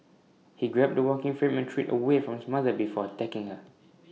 he grabbed the walking frame and threw IT away from his mother before attacking her